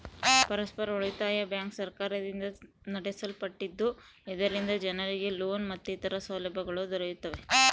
ಪರಸ್ಪರ ಉಳಿತಾಯ ಬ್ಯಾಂಕ್ ಸರ್ಕಾರದಿಂದ ನಡೆಸಲ್ಪಟ್ಟಿದ್ದು, ಇದರಿಂದ ಜನರಿಗೆ ಲೋನ್ ಮತ್ತಿತರ ಸೌಲಭ್ಯಗಳು ದೊರೆಯುತ್ತವೆ